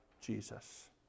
Jesus